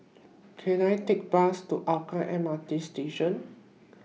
Can I Take Bus to Hougang M R T Station